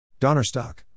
Donnerstock